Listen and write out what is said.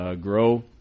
grow